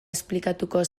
esplikatuko